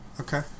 Okay